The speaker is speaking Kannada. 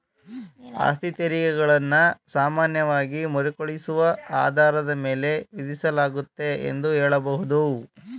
ಆಸ್ತಿತೆರಿಗೆ ಗಳನ್ನ ಸಾಮಾನ್ಯವಾಗಿ ಮರುಕಳಿಸುವ ಆಧಾರದ ಮೇಲೆ ವಿಧಿಸಲಾಗುತ್ತೆ ಎಂದು ಹೇಳಬಹುದು